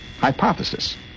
Hypothesis